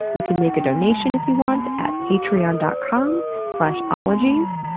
you can make a donation if you want at patreon dot com slash ologies.